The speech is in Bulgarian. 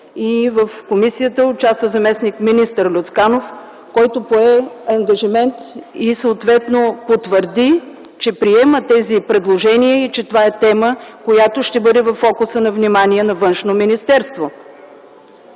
В комисията участва заместник-министър Люцканов, който пое ангажимент и съответно потвърди, че приема тези предложения и че това е тема, която ще бъде във фокуса на вниманието на Външно министерство.